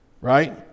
right